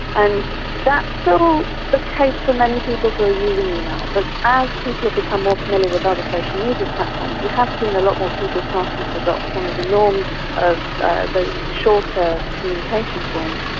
and that's still the case for many people who are using email, but as people have become more familiar with other social media platforms you have seen a lot more people starting to adopt some of the norms of ah those shorter communication forms.